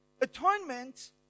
Atonement